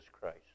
Christ